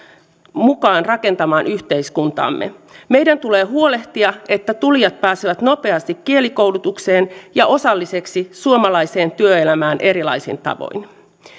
mukaan rakentamaan yhteiskuntaamme meidän tulee huolehtia että tulijat pääsevät nopeasti kielikoulutukseen ja osallisiksi suomalaiseen työelämään erilaisin tavoin